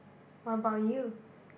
what about you